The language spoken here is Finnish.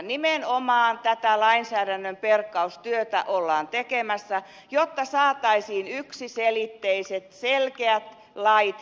nimenomaan tätä lainsäädännön perkaustyötä ollaan tekemässä jotta saataisiin yksiselitteiset selkeät lait